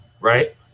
right